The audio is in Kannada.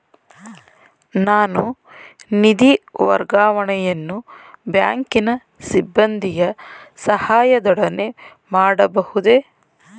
ನಾನು ನಿಧಿ ವರ್ಗಾವಣೆಯನ್ನು ಬ್ಯಾಂಕಿನ ಸಿಬ್ಬಂದಿಯ ಸಹಾಯದೊಡನೆ ಮಾಡಬಹುದೇ?